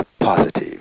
positive